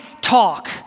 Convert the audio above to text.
talk